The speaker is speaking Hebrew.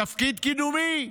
תפקיד קידומי.